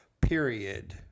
period